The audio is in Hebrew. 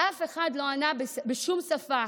ואף אחד לא ענה בשום שפה.